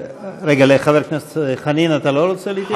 רגע, לחבר הכנסת חנין אתה לא רוצה להתייחס?